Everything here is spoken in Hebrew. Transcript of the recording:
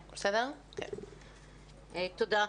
תודה.